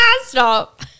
Stop